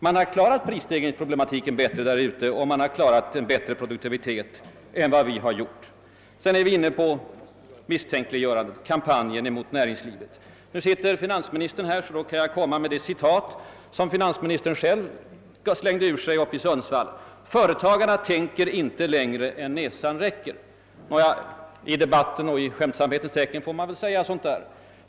Man har klarat prisstegringsproblemen bättre där ute, och man har klarat en bättre produktivitetsutveckling än vi har gjort. Vad sedan beträffar misstänkliggörandet och kampanjen mot näringslivet, kan jag då finansministern nu sitter här återge det citat som finansministern själv slängde ur sig uppe i Sundsvall: »Företagarna tänker inte längre än näsan räcker.» I debatten och i skämtsamhetens tecken får man väl säga så där.